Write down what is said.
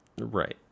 right